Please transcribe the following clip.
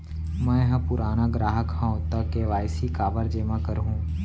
मैं ह पुराना ग्राहक हव त के.वाई.सी काबर जेमा करहुं?